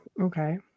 Okay